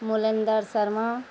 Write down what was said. Molendra Sharma